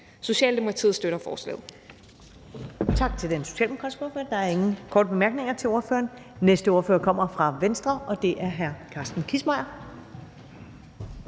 Socialdemokratiet støtter forslaget.